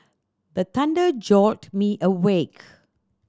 the thunder jolt me awake